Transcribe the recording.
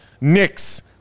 Knicks